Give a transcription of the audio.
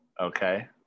Okay